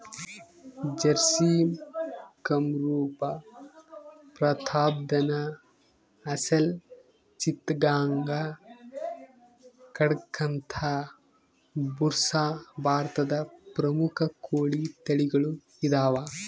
ಜರ್ಸಿಮ್ ಕಂರೂಪ ಪ್ರತಾಪ್ಧನ್ ಅಸೆಲ್ ಚಿತ್ತಗಾಂಗ್ ಕಡಕಂಥ್ ಬುಸ್ರಾ ಭಾರತದ ಪ್ರಮುಖ ಕೋಳಿ ತಳಿಗಳು ಇದಾವ